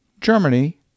Germany